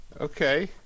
okay